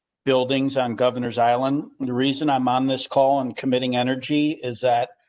buildings on governor's island. the reason i'm on this call and committing energy. is that.